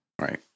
Right